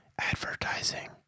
advertising